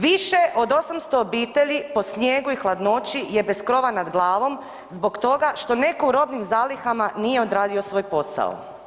Više od 800 obitelji po snijegu i hladnoću je bez krova nad glavom zbog toga što netko u robnim zalihama nije odradio svoj posao.